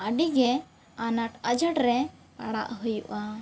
ᱟᱹᱰᱤ ᱜᱮ ᱟᱱᱟᱸᱴ ᱟᱡᱷᱟᱴ ᱨᱮ ᱟᱲᱟᱜ ᱦᱩᱭᱩᱜᱼᱟ